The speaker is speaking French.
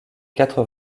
quatre